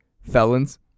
Felons